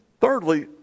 thirdly